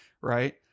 right